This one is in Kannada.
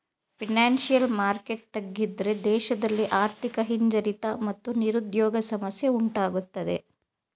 ಫೈನಾನ್ಸಿಯಲ್ ಮಾರ್ಕೆಟ್ ತಗ್ಗಿದ್ರೆ ದೇಶದಲ್ಲಿ ಆರ್ಥಿಕ ಹಿಂಜರಿತ ಮತ್ತು ನಿರುದ್ಯೋಗ ಸಮಸ್ಯೆ ಉಂಟಾಗತ್ತದೆ